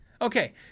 okay